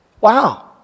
Wow